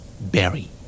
Berry